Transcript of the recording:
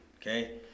okay